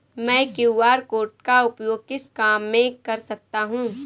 मैं QR code का उपयोग किस काम में कर सकता हूं?